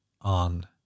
on